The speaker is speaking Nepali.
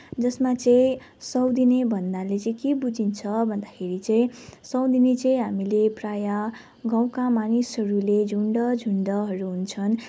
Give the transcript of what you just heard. जसमा चाहिँ सय दिने भन्नाले चाहिँ के बुझिन्छ भन्दाखेरि चाहिँ सय दिने चाहिँ हामीले प्रायः गाउँका मानिसहरूले मानिसहरूले झुन्ड झुन्डहरू हुन्छन्